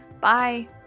Bye